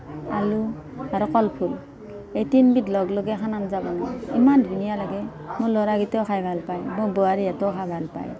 আলু আৰু কলফুল এই তিনবিধ লগ লগাই এখন আঞ্জা বনাওঁ ইমান ধুনীয়া লাগে মোৰ ল'ৰা কিটাও খাই ভাল পায় মোৰ বোৱাৰীহঁতেও খাই ভাল পায়